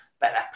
better